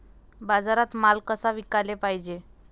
बाजारात माल कसा विकाले पायजे?